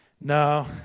No